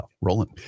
Rolling